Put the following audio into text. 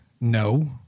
no